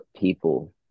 people